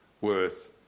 worth